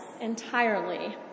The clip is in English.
entirely